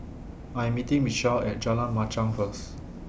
I Am meeting Mitchel At Jalan Machang First